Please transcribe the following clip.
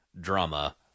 drama